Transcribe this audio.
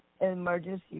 emergency